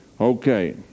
Okay